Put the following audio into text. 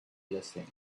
blessing